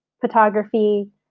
photography